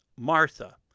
Martha